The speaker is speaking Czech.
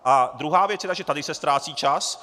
A druhá věc je ta, že tady se ztrácí čas.